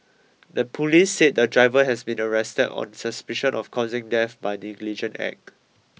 the police said the driver has been arrested on suspicion of causing death by negligent act